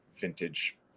vintage